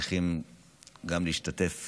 אנו צריכים גם להשתתף